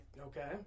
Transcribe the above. Okay